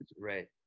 Right